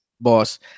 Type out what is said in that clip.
boss